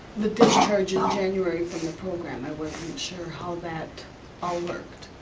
the discharge in january from the program, i wasn't sure how that all worked,